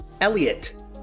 Elliot